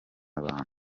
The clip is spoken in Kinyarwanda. abantu